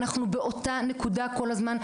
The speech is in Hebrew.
אנחנו באותה נקודה כל הזמן,